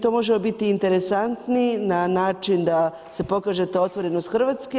To možemo biti interesantni na način da se pokaže ta otvorenost Hrvatske.